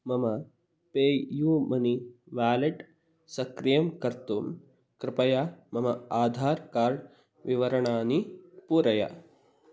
मम PayUMoney wallet सक्रियं कर्तुं कृपया मम आधार् कार्ड् विवरणानि पूरय